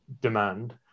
demand